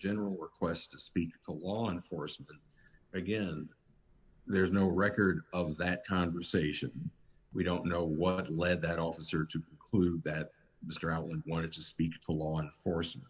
general or quest to speak to law enforcement again there's no record of that conversation we don't know what led that officer to clue that mr allen wanted to speak to law enforcement